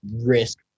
risk